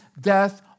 death